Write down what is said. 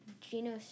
Geno